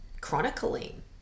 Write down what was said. chronicling